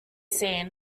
seen